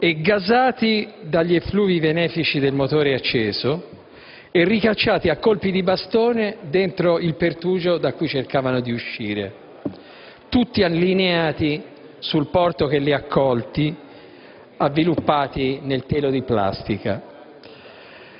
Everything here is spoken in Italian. gasati dagli effluvi venefici del motore acceso e ricacciati a colpi di bastone dentro il pertugio da cui cercavano di uscire, tutti allineati sul porto che li ha accolti, avviluppati nel telo di plastica.